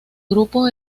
grupo